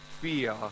Fear